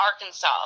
Arkansas